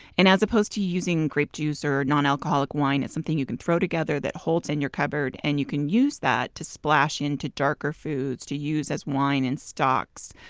and as opposed to using grape juice or non-alcoholic wine, it's something you can throw together that holds in your cupboard. and you can use that to splash into darker foods, to use as wine in stocks,